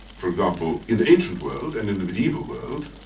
for example, in the ancient world, and in the mediaeval world,